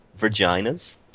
vaginas